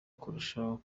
kurushaho